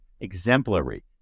exemplary